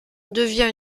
devient